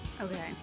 Okay